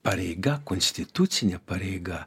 pareiga konstitucinė pareiga